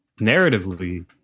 narratively